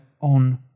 on